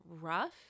rough